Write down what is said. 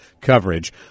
coverage